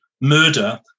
murder